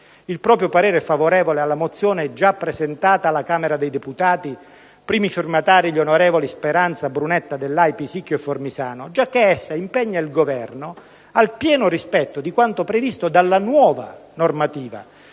il proprio parere favorevole alla mozione già presentata alla Camera dei deputati i cui primi firmatari sono gli onorevoli Speranza, Brunetta, Dellai, Pisicchio e Formisano, giacché essa impegna il Governo al pieno rispetto di quanto previsto dalla nuova normativa